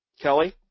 Kelly